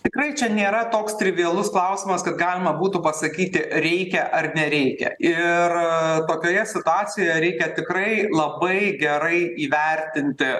tikrai čia nėra toks trivialus klausimas kaip galima būtų pasakyti reikia ar nereikia ir tokioje situacijoje reikia tikrai labai gerai įvertinti